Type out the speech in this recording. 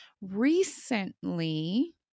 Recently